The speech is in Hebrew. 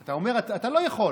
אתה אומר: אתה לא יכול.